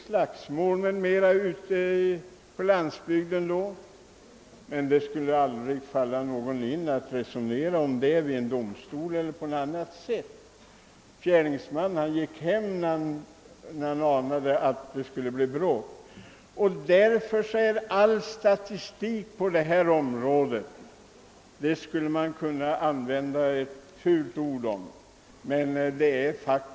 Slagsmål m. m: förekom då ute på landsbygden, men det skulle aldrig falla någon in att resonera om det vid en domstol eller i. andra sammanhang. Fjärdingsmannen: gick hem, när han anade att det skulle bli bråk. Därför skulle man om all statistik på detta område kunna använda ett fult ord.